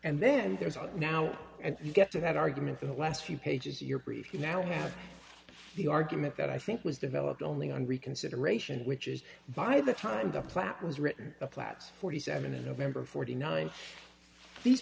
and then there's one now and you get to that argument in the last few pages you're preaching now have the argument that i think was developed only on reconsideration which is by the time the plat was written a class forty seven in november forty nine these